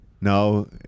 no